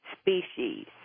species